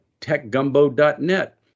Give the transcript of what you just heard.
techgumbo.net